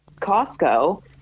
Costco